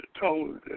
told